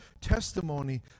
testimony